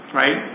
right